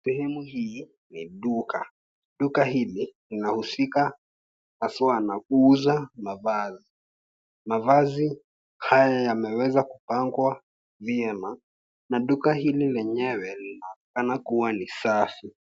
Sehemu hii ni duka. Duka hili linahusika haswa na kuuza mavazi. Mavazi haya yameweza kupangwa vyema na duka hili lenyewe linaonekana kuwa ni safi.